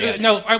No